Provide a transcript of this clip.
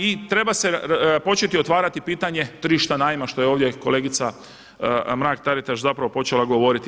I treba se početi otvarati pitanje tržišta najma što je ovdje kolegica Mrak-Taritaš zapravo počela govoriti.